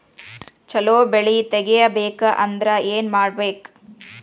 ಛಲೋ ಬೆಳಿ ತೆಗೇಬೇಕ ಅಂದ್ರ ಏನು ಮಾಡ್ಬೇಕ್?